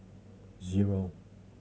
zero